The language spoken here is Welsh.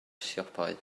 siopau